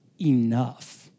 enough